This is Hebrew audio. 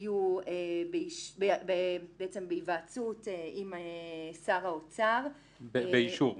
יהיו בהיוועצות עם שר האוצר -- באישור.